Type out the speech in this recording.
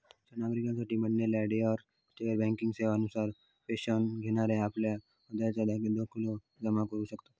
ज्येष्ठ नागरिकांसाठी बनलेल्या डोअर स्टेप बँकिंग सेवा नुसार पेन्शन घेणारे आपलं हयात दाखलो जमा करू शकतत